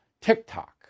TikTok